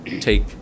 take